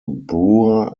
brewer